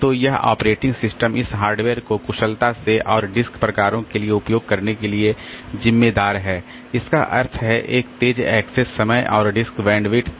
तो यह operating system इस हार्डवेयर को कुशलता से और डिस्क प्रकारों के लिए उपयोग करने के लिए ज़िम्मेदार है इसका अर्थ है एक तेज़ एक्सेस समय और डिस्क बैंडविड्थ